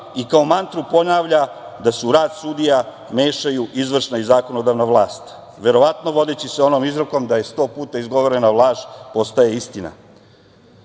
i kao mantru ponavlja da se u rad sudija mešaju izvršna i zakonodavna vlast, verovatno vodeći se onom izrekom da sto puta izgovorena laž postaje istina.